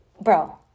Bro